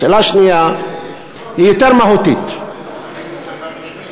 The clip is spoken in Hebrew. שאלה שנייה היא יותר מהותית, שפה רשמית.